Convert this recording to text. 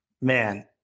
man